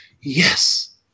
yes